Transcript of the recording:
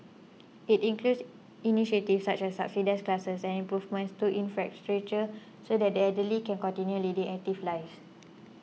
it includes initiatives such as subsidised classes and improvements to infrastructure so that the elderly can continue leading active lives